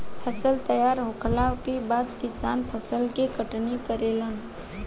फसल तैयार होखला के बाद किसान फसल के कटनी करेलन